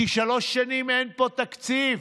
כי שלוש שנים אין פה תקציב.